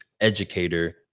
educator